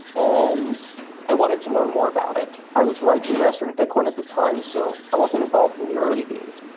and i wanted to learn more about it. i was writing mastering bitcoin at the time, so i wasn't involved in the early days.